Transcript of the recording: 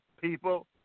people